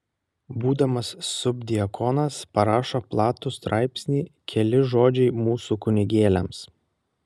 būdamas subdiakonas parašo platų straipsnį keli žodžiai mūsų kunigėliams